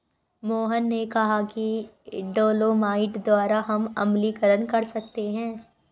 मोहन ने कहा कि डोलोमाइट द्वारा हम अम्लीकरण कर सकते हैं